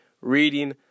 Reading